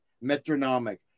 metronomic